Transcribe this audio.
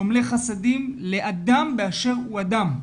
גומלי חסדים לאדם באשר הוא אדם,